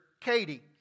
Katie